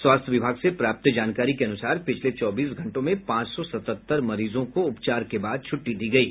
स्वास्थ्य विभाग से प्राप्त जानकारी के अनुसार पिछले चौबीस घंटों में पांच सौ सतहत्तर मरीजों को उपचार के बाद छुट्टी दी गयी